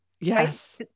Yes